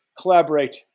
collaborate